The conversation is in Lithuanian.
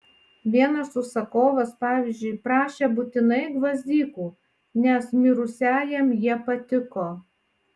vienas užsakovas pavyzdžiui prašė būtinai gvazdikų nes mirusiajam jie patiko